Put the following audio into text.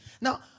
Now